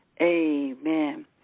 Amen